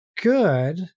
good